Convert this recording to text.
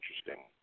interesting